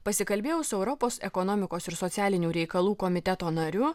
pasikalbėjau su europos ekonomikos ir socialinių reikalų komiteto nariu